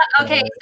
Okay